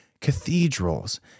cathedrals